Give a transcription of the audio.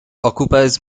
occupies